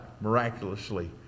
miraculously